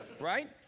right